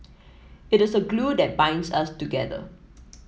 it is a glue that binds us together